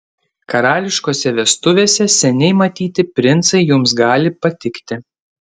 karališkose vestuvėse seniai matyti princai jums gali patikti